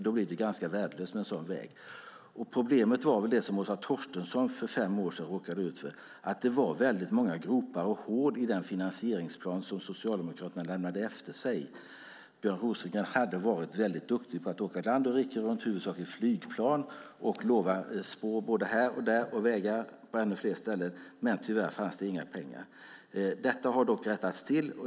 Det blir värdelöst med en sådan väg. Problemet var det Åsa Torstensson för fem år sedan råkade ut för, nämligen att det var många gropar och hål i den finansieringsplan som Socialdemokraterna lämnade efter sig. Björn Rosengren hade varit duktig på att åka land och rike runt, i huvudsak i flygplan, och lova spår här och där och vägar på ännu fler ställen, men tyvärr fanns inga pengar. Detta har dock rättats till.